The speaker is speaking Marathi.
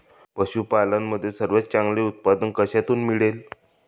पशूपालन मध्ये सर्वात चांगले उत्पादन कशातून मिळते?